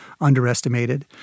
underestimated